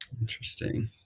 Interesting